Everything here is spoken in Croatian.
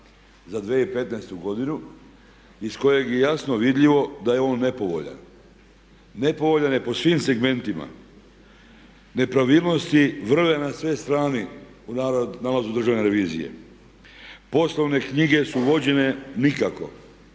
za 2015.godinu iz kojeg je jasno vidljivo da je on nepovoljan. Nepovoljan je po svim segmentima. Nepravilnosti vrve na sve strane u nalazu državne revizije. Poslovne knjige su vođene nikako